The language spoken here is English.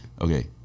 Okay